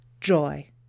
joy